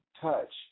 touch